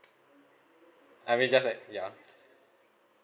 I mean just like ya